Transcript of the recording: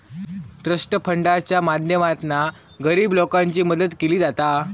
trust फंडाच्या माध्यमातना गरीब लोकांची मदत केली जाता